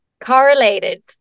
correlated